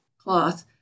cloth